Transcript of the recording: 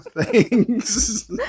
Thanks